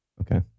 Okay